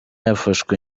yafashwe